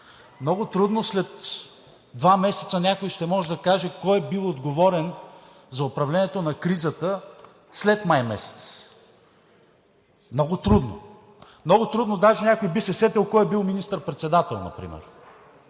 Много трудно след два месеца някой ще може да каже кой е бил отговорен за управлението на кризата след май месец. Много трудно! Много трудно даже някой би се сетил кой е бил министър председател например,